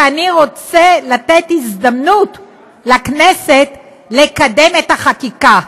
כי אני רוצה לתת הזדמנות לכנסת לקדם את החקיקה,